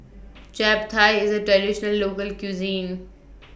Chap Thai IS A Traditional Local Cuisine